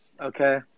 okay